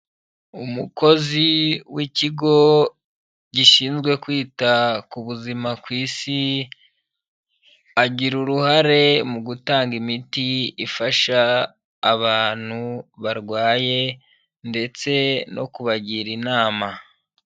Umukozi w'ikigo gishinzwe kwita ku buzima ku isi agira uruhare mu gutanga imiti ifasha abantu barwaye ndetse no kubagira inama.